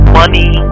money